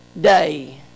day